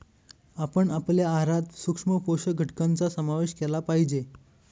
आपण आपल्या आहारात सूक्ष्म पोषक घटकांचा समावेश केला पाहिजे